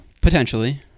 Potentially